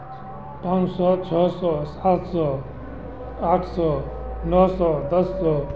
पाँच सौ छः सौ सात सौ आठ सौ नौ सौ दस सौ